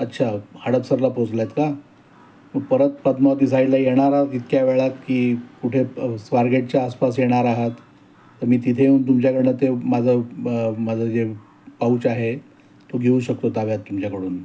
अच्छा हडपसरला पोचलायत का परत पद्मावती साईडला येणार आहात इतक्या वेळात की कुठे स्वारगेटच्या आसपास येणार आहात तर मी तिथे येऊन तुमच्याकडून ते माझं ब माझं जे पाऊच आहे तो घेऊ शकतो ताब्यात तुमच्याकडून